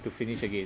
to finish again